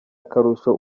akarusho